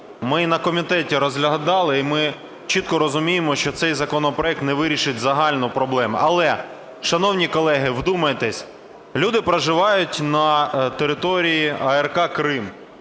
ми на комітеті розглядали, і ми чітко розуміємо, що цей законопроект не вирішить загальну проблему. Але, шановні колеги, вдумайтесь, люди проживають на території АР Крим,